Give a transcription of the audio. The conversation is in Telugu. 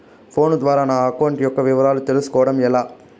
ఫోను ద్వారా నా అకౌంట్ యొక్క వివరాలు తెలుస్కోవడం ఎలా?